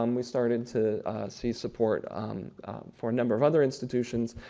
um we started to see support for a number of other institutions.